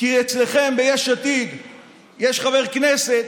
כי אצלכם ביש עתיד יש חבר כנסת